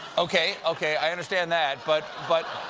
okay, okay, i understand that. but but,